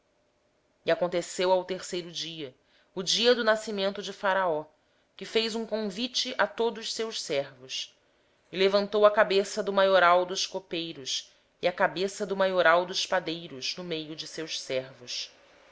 aconteceu ao terceiro dia o dia natalício de faraó que este deu um banquete a todos os seus servos e levantou a cabeça do copeiro mor e a cabeça do padeiro mor no meio dos seus servos